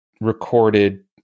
Recorded